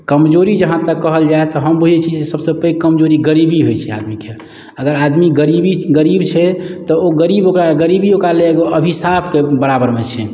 कमजोरी जहाँ तक कहल जाय तऽ हम बुझैत छी सभसँ पैघ कमजोरी गरीबी होइत छै आदमीके अगर आदमी गरीबी गरीब छै तऽ ओ गरीब ओकरा गरीबी ओकरा लेल अभिशापके बराबरमे छै